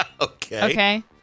Okay